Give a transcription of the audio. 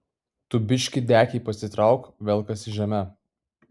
tu biškį dekį pasitrauk velkasi žeme